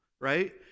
right